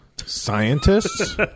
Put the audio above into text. Scientists